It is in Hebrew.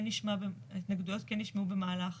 ההתנגדויות כן נשמעו במהלך